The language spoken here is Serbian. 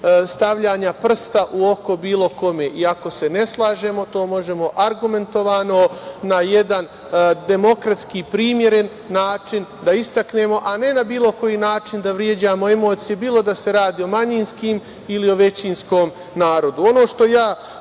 stavljanja prsta u oko bilo kome, i ako se ne slažemo to možemo argumentovano na jedan demokratski i primeren način da istaknemo, a ne na bilo koji način da vređamo emocije bilo da se radi o manjinskim ili o većinskom narodu. Ono što ja